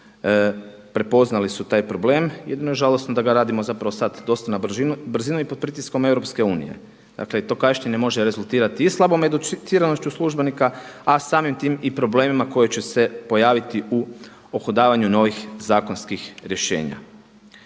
prepoznali su taj problem, jedino žalosno da ga radimo zapravo sad dosta na brzinu i pod pritiskom EU. Dakle i to kašnjenje može rezultirati i slabom educiranošću službenika, a samim tim i problemima koji će se pojaviti u uhodavanju novih zakonskih rješenja.